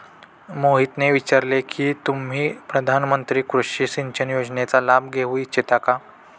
मोहितने विचारले की तुम्ही प्रधानमंत्री कृषि सिंचन योजनेचा लाभ घेऊ इच्छिता का?